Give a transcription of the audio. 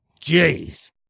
Jeez